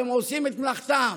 והם עושים את מלאכתם.